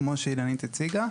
כמו שאילנית הציגה.